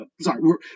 sorry